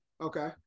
okay